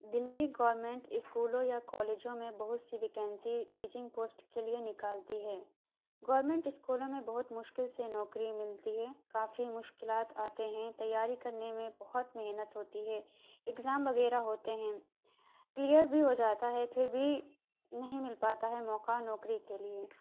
دلی government اسکولوں یا کالجوں میں بہت سی وکینسی ٹیچنگ پوسٹ کے لیے نکالتی ہے گورنمٹ اسکولوں میں بہت مشکل سے نوکری ملتی ہے کافی مشکلات آتے ہیں تیاری کرنے میں بہت محنت ہوتی ہے اگزام وغیرہ ہوتے ہیں کلیر بھی ہو جاتا ہے پھر بھی نہیں مل پاتا ہے موقعہ نوکری کے لیے